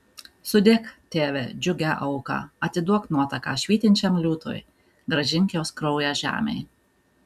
sudėk tėve džiugią auką atiduok nuotaką švytinčiam liūtui grąžink jos kraują žemei